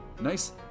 nice